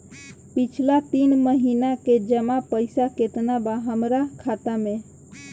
पिछला तीन महीना के जमा पैसा केतना बा हमरा खाता मे?